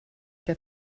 der